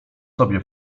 sobie